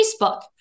Facebook